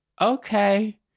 okay